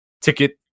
ticket